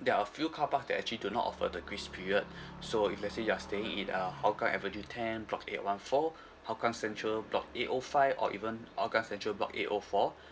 there are a few car parks that actually do not offer the grace period so if let's say you're staying in uh hougang avenue ten block eight one four hougang central block eight O five or even hougang central block eight O four